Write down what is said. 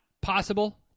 possible